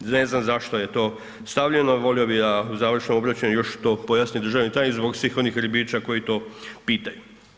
Ne znam zašto je to stavljeno, volio bih da u završnom obraćanju još to pojasni državni tajnik zbog svih onih ribiča koji to pitaju.